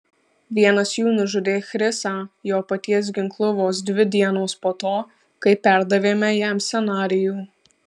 vienas jų nužudė chrisą jo paties ginklu vos dvi dienos po to kai perdavėme jam scenarijų